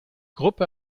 gruppe